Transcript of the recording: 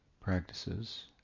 practices